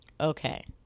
okay